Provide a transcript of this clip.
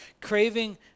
craving